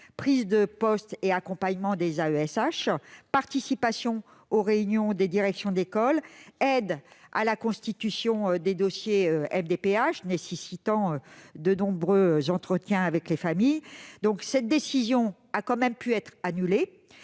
prises de poste et accompagnement des AESH, participation aux réunions des directions d'écoles, aide à la constitution des dossiers auprès des MDPH, lesquels nécessitent de nombreux entretiens avec les familles. Cette décision a pu être annulée